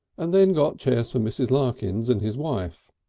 and then got chairs for mrs. larkins and his wife.